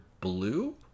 Blue